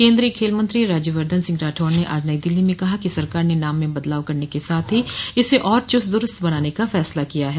केन्द्रीय खेल मंत्री राज्यवर्द्वन सिंह राठौड ने आज नई दिल्ली में कहा कि सरकार ने नाम में बदलाव करने के साथ ही इसे और चुस्त दुरूस्त बनाने का फैसला किया है